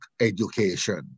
education